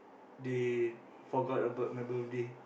they forgot about my birthday